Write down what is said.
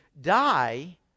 die